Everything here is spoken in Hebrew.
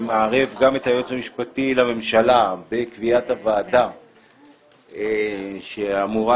שמערב גם את היועץ המשפטי לממשלה בקביעת הוועדה שאמורה